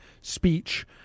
speech